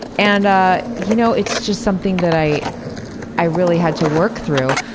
and you know it's just something that i i really had to work through.